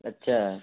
اچھا